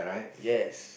yes